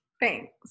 thanks